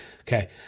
Okay